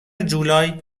جولای